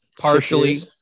partially